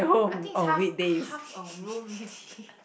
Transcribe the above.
I think is half half a room already